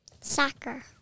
soccer